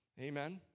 Amen